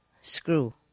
screw